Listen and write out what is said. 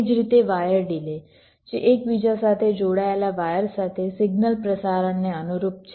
એ જ રીતે wire delay જે એકબીજા સાથે જોડાયેલા વાયર સાથે સિગ્નલ પ્રસારણને અનુરૂપ છે